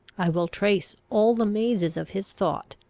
i will trace all the mazes of his thought.